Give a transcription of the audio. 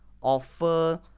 offer